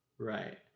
Right